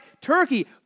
Turkey